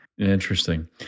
Interesting